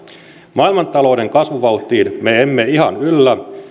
maailmantalouden kasvuvauhtiin me emme ihan yllä